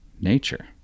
nature